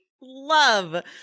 love